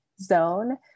zone